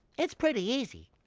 it's pretty easy.